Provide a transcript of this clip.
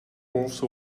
also